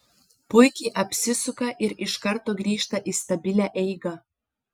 puikiai apsisuka ir iš karto grįžta į stabilią eigą